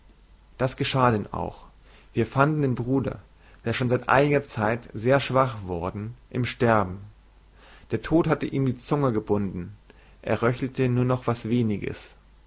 das geschah denn auch wir fanden den bruder der schon seit einiger zeit sehr schwach worden im sterben der tod hatte ihm die zunge gebunden er röchelte nur noch was weniges